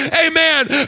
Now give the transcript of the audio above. amen